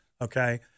okay